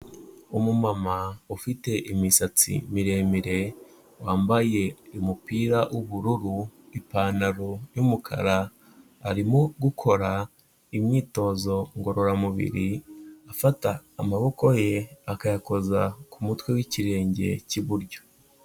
Umumama ufite imisatsi miremire, wambaye umupira w'ubururu, ipantaro y'umukara arimo gukora imyitozo ngororamubiri afata amaboko ye akayakoza ku mutwe w'ikirenge cy'iburyo.